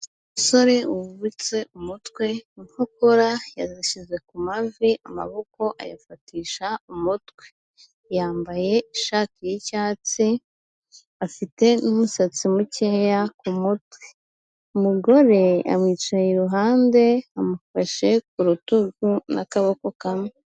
Umusore wubitse umutwe, inkokora yazisize ku mavi, amaboko ayafatisha umutwe. Yambaye ishati y'icyatsi, afite n'umusatsi mukeya ku mutwe. Umugore amwicaye iruhande amufashe ku rutugu n'akaboko kamwe.